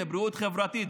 זו בריאות חברתית,